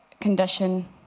condition